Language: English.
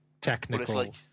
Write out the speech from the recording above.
technical